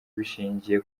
bashingiye